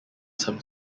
some